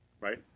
right